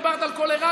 דיברת על קולורדו.